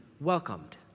welcomed